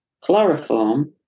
chloroform